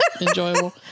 enjoyable